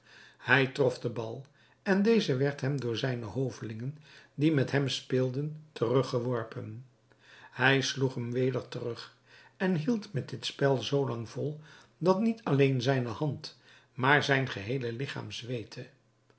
hij trof den bal en deze werd hem door zijne hovelingen die met hem speelden teruggeworpen hij sloeg hem weder terug en hield met dit spel zoo lang vol dat niet alleen zijne hand maar zijn geheele ligchaam